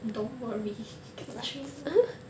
don't worry can train [one]